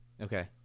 Okay